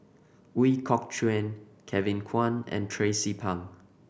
Ooi Kok Chuen Kevin Kwan and Tracie Pang